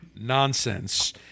nonsense